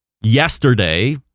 yesterday